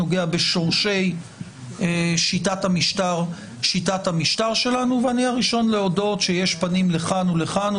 נוגע בשורשי שיטת המשטר שלנו ואני הראשון להודות שיש פנים לכאן ולכאן,